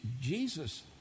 Jesus